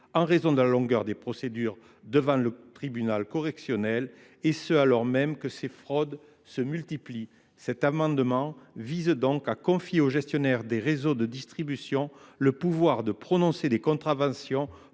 en raison de la longueur des procédures devant le tribunal correctionnel et ce alors même que ces fraudes se multiplient. Cet amendement vise donc à confier aux gestionnaires des réseaux de distribution le pouvoir de prononcer des contraventions